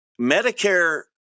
Medicare